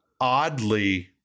oddly